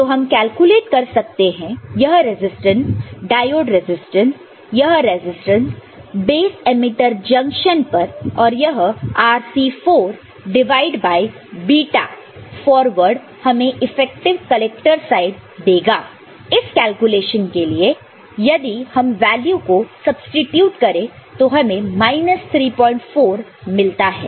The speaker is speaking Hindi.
तो हम कैलकुलेट कर सकते हैं यह रजिस्टेंस डायोड रजिस्टेंस यह रजिस्टेंस बेस एमीटर जंक्शन पर और यह Rc4 divided by beta forward हमें इफेक्टिव कलेक्टर साइड देगा इस कैलकुलेशन के लिए जहां यदि हम वैल्यू को सब्सीट्यूट करें तो हमें 34 मिलता है